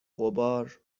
غبار